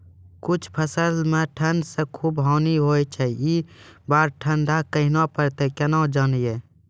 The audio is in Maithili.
कुछ फसल मे ठंड से खूब हानि होय छैय ई बार ठंडा कहना परतै केना जानये?